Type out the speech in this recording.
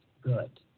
good